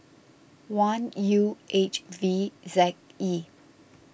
one U H V Z E